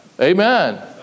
Amen